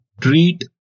treat